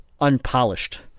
unpolished